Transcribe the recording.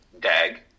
Dag